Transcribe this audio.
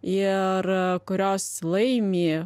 ir kurios laimi